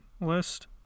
list